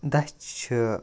دَچھ چھِ